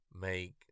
make